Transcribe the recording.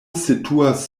situas